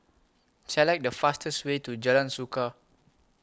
Select The fastest Way to Jalan Suka